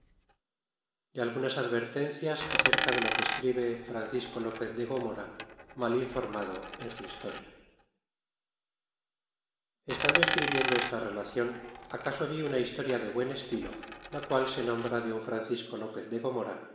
de algunas advertencias acerca de lo que escribe francisco lopez de demora mal informado en su historia estando escribiendo esta relacion acaso vi una historia de buen estilo la qual se nombra de un francisco lopez de gomora